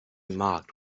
marked